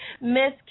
Miss